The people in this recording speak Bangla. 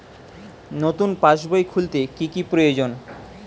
নতুন পাশবই খুলতে কি কি প্রয়োজন?